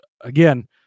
again